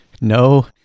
No